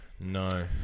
No